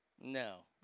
No